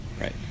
Right